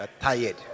tired